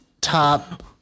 top